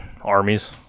Armies